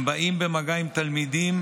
הם באים במגע עם תלמידים,